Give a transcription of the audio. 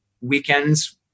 weekends